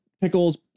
pickles